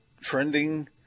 trending